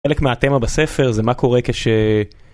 חלק מהתמה בספר זה מה קורה כש